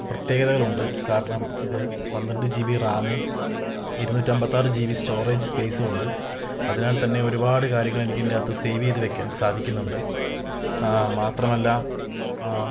പ്രത്യേകതകളുണ്ട് കാരണം ഇത് പന്ത്രണ്ട് ജി ബി റാമും ഇരുന്നൂറ്റമ്പത്താറ് ജി ബി സ്റ്റോറേജ് സ്പേസും ഉണ്ട് അതിനാൽ തന്നെ ഒരുപാട് കാര്യങ്ങൾ എനിക്കീൻറ്റാത്ത് സേവ് ചെയ്ത് വെക്കാൻ സാധിക്കുന്നുണ്ട് മാത്രമല്ല